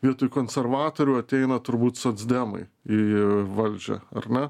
vietoj konservatorių ateina turbūt socdemai į valdžią ar ne